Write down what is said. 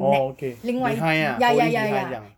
orh okay behind ah holding behind 这样